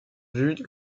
vues